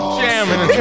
jamming